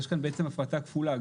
יש כאן בעצם הפרטה כפולה.